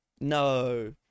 No